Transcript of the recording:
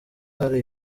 hari